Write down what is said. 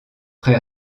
près